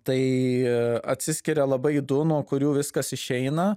tai atsiskiria labai du nuo kurių viskas išeina